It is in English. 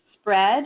spread